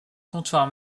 comptoir